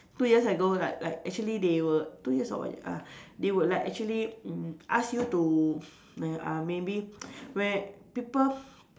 two years ago like like actually they would two years or one year ah they would like actually mm ask you to err uh maybe where people